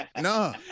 No